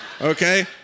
Okay